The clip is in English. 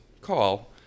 call